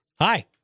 Hi